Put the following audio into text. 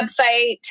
website